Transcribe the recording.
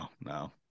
no